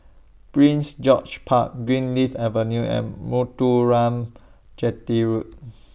Prince George's Park Greenleaf Avenue and Chetty Road